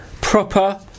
Proper